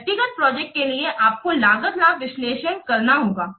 व्यक्तिगत प्रोजेक्ट के लिए आपको लागत लाभ विश्लेषण करना होगा